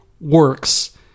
works